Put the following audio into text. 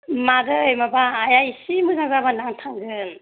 मोदै माबा आइआ एसे मोजां जाबानो आं थांगोन